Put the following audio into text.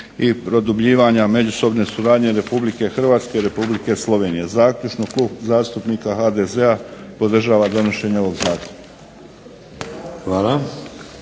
Hvala.